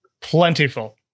Plentiful